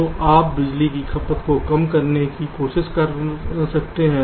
तो आप बिजली की खपत को कम करने की कोशिश कर सकते हैं